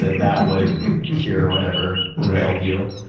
that that would cure whatever ailed you.